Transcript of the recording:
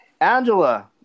Angela